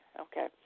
Okay